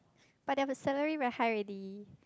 but there's the salary very high already